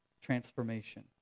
transformation